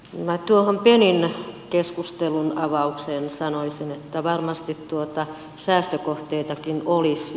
minä tuohon benin keskustelunavaukseen sanoisin että varmasti säästökohteitakin olisi